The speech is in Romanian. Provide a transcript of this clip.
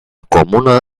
comună